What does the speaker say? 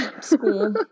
school